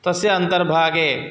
तस्य अन्तर्भागे